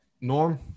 Norm